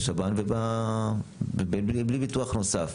בשב"ן ובלי ביטוח נוסח.